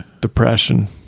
Depression